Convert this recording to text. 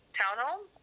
townhome